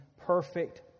perfect